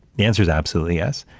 the answer is absolutely yes.